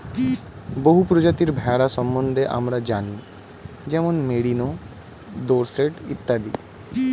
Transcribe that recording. বহু প্রজাতির ভেড়া সম্বন্ধে আমরা জানি যেমন মেরিনো, ডোরসেট ইত্যাদি